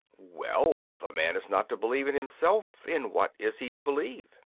well, if a man is not to believe in himself, in what is he to believe?